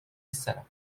السنة